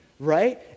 Right